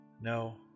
No